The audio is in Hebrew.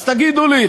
אז תגידו לי,